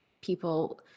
people